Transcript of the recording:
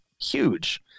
huge